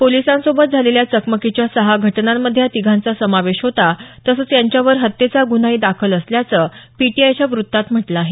पोलिसांसोबत झालेल्या चकमकीच्या सहा घटनांमध्ये या तिघांचा समावेश होता तसंच यांच्यावर हत्येचा गुन्हाही दाखल असल्याचं पीटीआयच्या वृत्तात म्हटलं आहे